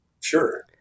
Sure